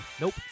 Nope